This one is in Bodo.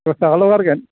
दस थाखाल' गारगोन